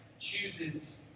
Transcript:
chooses